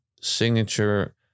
signature